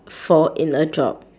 for in a job